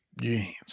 jeans